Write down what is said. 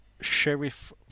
Sheriff